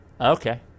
Okay